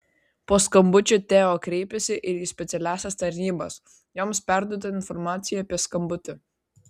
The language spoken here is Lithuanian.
po skambučio teo kreipėsi ir į specialiąsias tarnybas joms perduota informacija apie skambutį